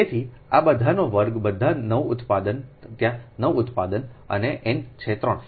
તેથી આ બધા n વર્ગ બધા 9 ઉત્પાદન ત્યાં 9 ઉત્પાદન અને n છે 3